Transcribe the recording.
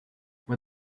but